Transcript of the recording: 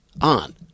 on